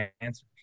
answers